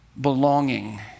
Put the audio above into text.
belonging